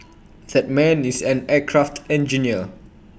that man is an aircraft engineer